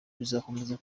bizakomeza